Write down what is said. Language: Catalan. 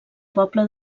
poble